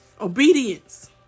Obedience